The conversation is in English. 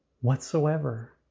whatsoever